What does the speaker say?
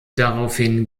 daraufhin